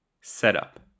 Setup